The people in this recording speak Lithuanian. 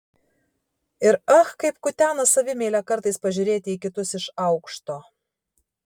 ir ach kaip kutena savimeilę kartais pažiūrėti į kitus iš aukšto